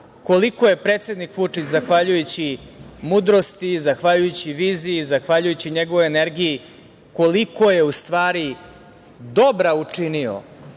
koliko je predsednik Vučić, zahvaljujući mudrosti, zahvaljujući viziji, zahvaljujući njegovoj energiji, koliko je u stvari dobra učinio